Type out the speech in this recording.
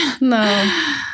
No